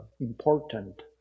important